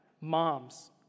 moms